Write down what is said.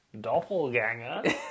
Doppelganger